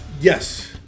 Yes